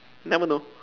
never know